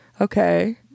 Okay